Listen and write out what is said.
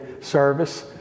service